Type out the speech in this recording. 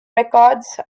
records